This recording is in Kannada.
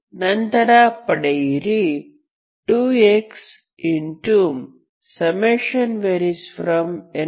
ನಂತರ ಪಡೆಯಿರಿ 2x